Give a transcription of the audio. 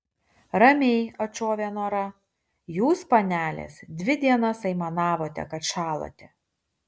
ramiai atšovė nora jūs panelės dvi dienas aimanavote kad šąlate